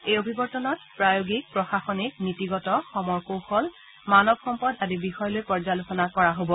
এই অভিৱৰ্তনত প্ৰায়োগিক প্ৰশাসনিক নীতিগত সমৰকৌশল মানৱ সম্পদ আদি বিষয় লৈ পৰ্যালোচনা কৰা হ'ব